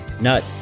nut